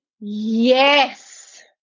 yes